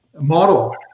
model